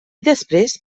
després